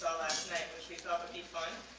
last night, which we thought would be fun,